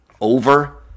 over